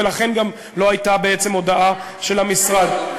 ולכן גם לא הייתה בעצם הודעה של המשרד.